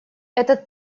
этот